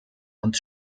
und